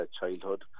childhood